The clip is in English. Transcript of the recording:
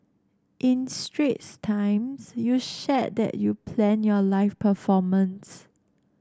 in Straits Times you shared that you planned your live performance